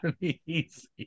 easy